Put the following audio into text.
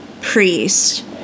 priest